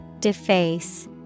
Deface